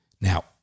Now